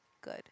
Good